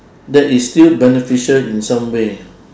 that is still beneficial in some way